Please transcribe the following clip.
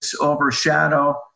overshadow